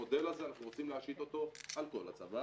המודל הזה אנחנו רוצים להשית אותו על כל הצבא,